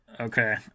Okay